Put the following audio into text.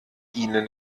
ihnen